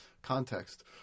context